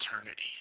eternity